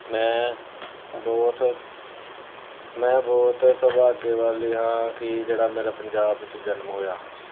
ਮੈਂ ਬਹੁਤ ਮੈਂ ਬਹੁਤ ਸੁਭਾਗਾਂ ਵਾਲੀ ਹਾਂ ਕਿ ਜਿਹੜਾ ਮੇਰਾ ਪੰਜਾਬ ਵਿੱਚ ਜਨਮ ਹੋਇਆ